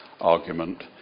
argument